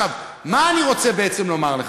מה אני רוצה בעצם לומר לך?